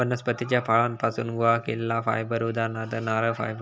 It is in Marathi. वनस्पतीच्या फळांपासुन गोळा केलेला फायबर उदाहरणार्थ नारळ फायबर